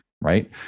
right